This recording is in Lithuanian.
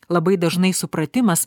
labai dažnai supratimas